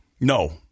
No